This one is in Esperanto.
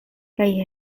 kaj